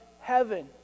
heaven